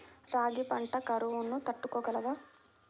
రాగి పంట కరువును తట్టుకోగలదా?